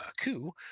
coup